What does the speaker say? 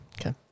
okay